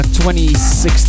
2016